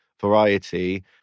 variety